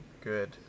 good